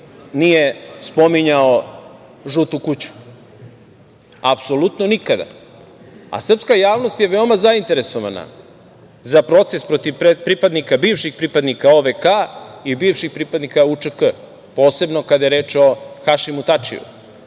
nije spominjao „žutu kuću“, apsolutno nikada. Srpska javnost je veoma zainteresovana za proces protiv bivših pripadnika OVK i bivših pripadnika UČK, posebno kada je reč o Hašimu Tačiju. Ja